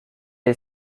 est